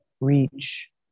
reach